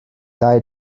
dau